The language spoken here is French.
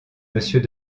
monsieur